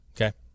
Okay